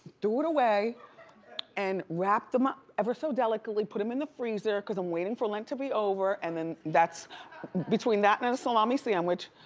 threw it away and wrapped them ah ever so delicately, put them in the freezer cause i'm waiting for lent to be over. and and between that and a salami sandwich,